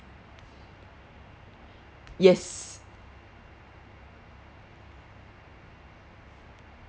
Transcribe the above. yes